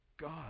God